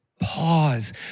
Pause